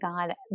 God